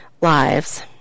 lives